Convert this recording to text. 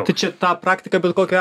tai čia tą praktiką bet kokiu